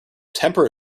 temper